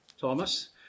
Thomas